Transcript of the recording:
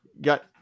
got